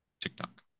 TikTok